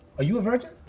you a virgin?